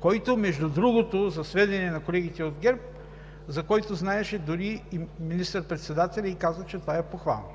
който, между другото, за сведение на колегите от ГЕРБ, знаеше дори и министър-председателят, и каза, че това е похвално,